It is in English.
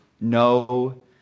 no